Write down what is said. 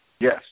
Yes